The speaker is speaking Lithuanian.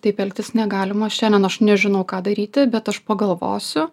taip elgtis negalima šiandien aš nežinau ką daryti bet aš pagalvosiu